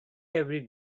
every